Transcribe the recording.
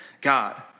God